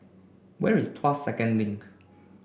where is Tuas Second Link